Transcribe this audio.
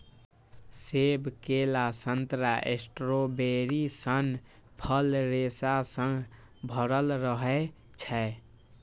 सेब, केला, संतरा, स्ट्रॉबेरी सन फल रेशा सं भरल रहै छै